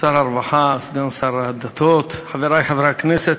שר הרווחה, סגן שר דתות, חברי חברי הכנסת,